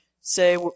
say